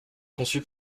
conçu